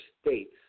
states